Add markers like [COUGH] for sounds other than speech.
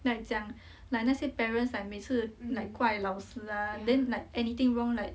like 讲 [BREATH] like 那些 parents like 每次 like 怪老师啊 then like anything wrong like